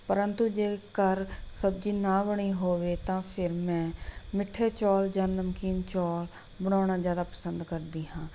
ਪਰੰਤੂ ਜੇਕਰ ਸਬਜ਼ੀ ਨਾ ਬਣੀ ਹੋਵੇ ਤਾਂ ਫਿਰ ਮੈਂ ਮਿੱਠੇ ਚੌਲ ਜਾਂ ਨਮਕੀਨ ਚੌਲ ਬਣਾਉਣਾ ਜ਼ਿਆਦਾ ਪਸੰਦ ਕਰਦੀ ਹਾਂ